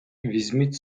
візьміть